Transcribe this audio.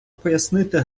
пояснити